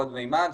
בעוד מימד,